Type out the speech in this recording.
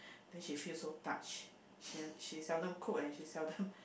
then she feel so touch she she seldom cook and she seldom